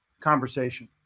conversation